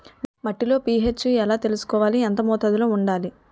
మట్టిలో పీ.హెచ్ ఎలా తెలుసుకోవాలి? ఎంత మోతాదులో వుండాలి?